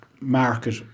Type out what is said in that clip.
market